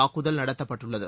தாக்குதல் நடத்தப்பட்டுள்ளது